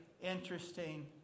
interesting